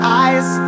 eyes